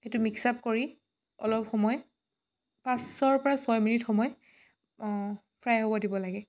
সেইটো মিক্সআপ কৰি অলপ সময় পাঁচৰ পৰা ছয়মিনিট সময় ফ্ৰাই হ'ব দিব লাগে